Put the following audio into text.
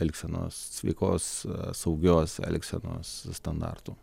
elgsenos sveikos saugios elgsenos standartų